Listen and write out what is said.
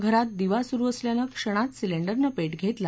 घरात दिवा सुरू असल्यानं क्षणात सिलींडरने पेट घेतला